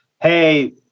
Hey